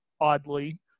oddly